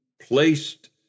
placed